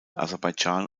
aserbaidschan